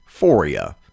foria